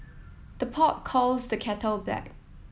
the pot calls the kettle black